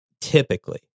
typically